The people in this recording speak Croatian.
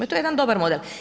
I to je jedan dobar model.